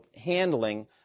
handling